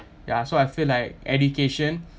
ya so I feel like education